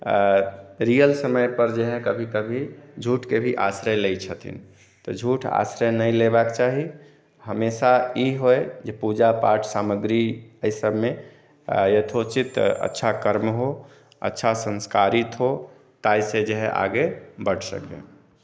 real समयपर जे हइ कभी कभी झूठके भी आश्रय लैत छथिन तऽ झूठ आश्रय नहि लेबाक चाही हमेशा ई होइ जे पूजापाठ सामग्री एहिसबमे यथोचित अच्छा कर्म हो अच्छा संस्कारित हो ताहिसँ जे हइ आगे बढ़ सकए